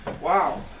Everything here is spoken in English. Wow